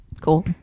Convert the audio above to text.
Cool